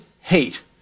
hate